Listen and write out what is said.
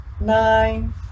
nine